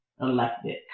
Elected